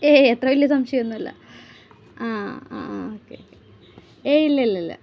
ഏയ് അത്ര വലിയ സംശയം ഒന്നും അല്ല ആ ആ ഓക്കേ ഓക്കേ ഏയ് ഇല്ലില്ലല്ല